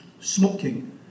smoking